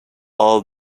all